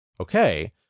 okay